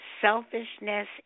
selfishness